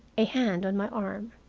a hand on my arm.